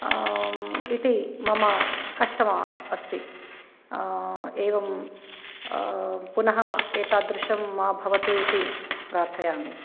इति मम कष्टम् अस्ति एवं पुनः एतादृशं मा भवतु इति प्रार्थयामि